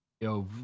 yo